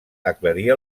aclarir